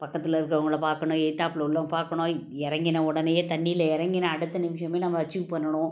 பக்கத்தில் இருக்கிறவங்களை பார்க்கணும் எதுத்தாப்புல உள்ளவங்களை பார்க்கணும் இறங்கின உடனேயே தண்ணியில் இறங்கின அடுத்த நிமிஷமே நம்ம அச்சீவ் பண்ணணும்